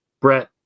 Brett